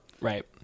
right